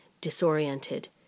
disoriented